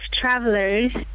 travelers